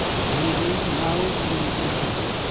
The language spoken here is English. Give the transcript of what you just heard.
a handling now to be repeated.